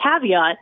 caveat